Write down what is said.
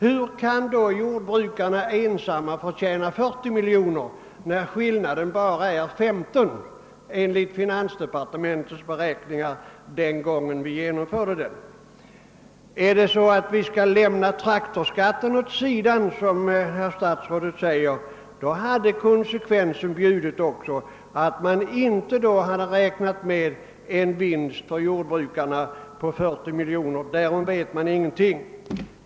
Hur kan då jordbrukarna ensamma förtjäna 40 miljoner kronor, när :skillnaden bara är 15 miljoner kronor «enligt finansdepartementets beräkningar den gången momsen infördes? Skall vi lämna traktorskatten åt sidan, :som statsrådet säger, bjuder konsekvensen också att man inte räknar med en vinst för jordbrukarna på 40 miljoner kronor, ty därom vet man ingenting.